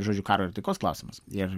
žodžiu karo ir taikos klausimas ir